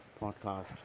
podcast